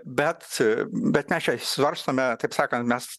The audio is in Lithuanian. bet bet mes čia svarstome taip sakant mes